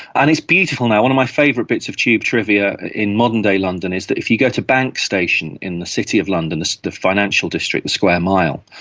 and it's beautiful now, one of my favourite bits of tube trivia in modern-day london is that if you go to bank station in the city of london, the so the financial district square mile,